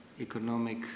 economic